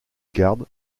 garde